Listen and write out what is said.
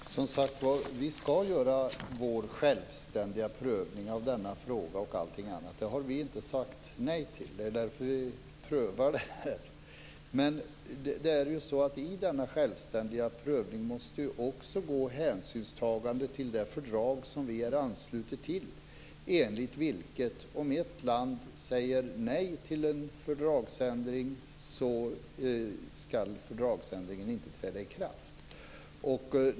Fru talman! Som sagt var: Vi ska göra vår självständiga prövning av denna fråga och allting annat. Det har vi inte sagt nej till. Det är därför vi vill pröva det här. Men det är ju så att i denna självständiga prövning måste också hänsyn tas till det fördrag som vi är anslutet till, vilket innebär att om ett land säger nej till en fördragsändring ska fördragsändringen inte träda i kraft.